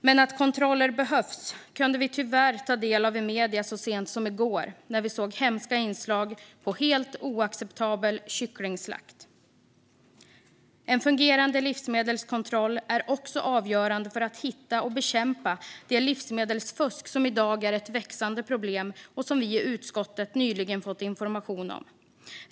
Men att kontroller behövs kunde vi tyvärr ta del av i medierna så sent som i går när vi såg hemska inslag på helt oacceptabel kycklingslakt. En fungerande livsmedelskontroll är också avgörande för att hitta och bekämpa det livsmedelsfusk som i dag är ett växande problem och som vi i utskottet nyligen fått information om.